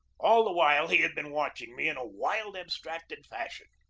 all the while he had been watch ing me in a wild, abstracted fashion.